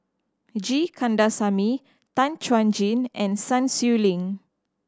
G Kandasamy Tan Chuan Jin and Sun Xueling